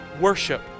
worship